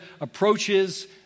approaches